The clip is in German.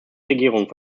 regierungen